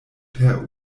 per